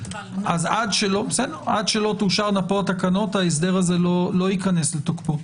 עד שלא תאושרנה פה תקנות ההסדר הזה לא ייכנס לתוקפו.